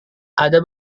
ada